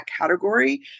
category